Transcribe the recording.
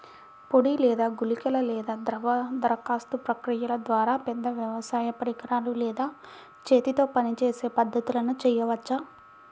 పొడి లేదా గుళికల లేదా ద్రవ దరఖాస్తు ప్రక్రియల ద్వారా, పెద్ద వ్యవసాయ పరికరాలు లేదా చేతితో పనిచేసే పద్ధతులను చేయవచ్చా?